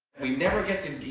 we never get to, and you